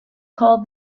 called